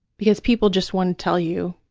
because people just want to tell you,